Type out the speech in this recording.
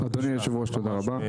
אדוני יושב הראש, תודה רבה.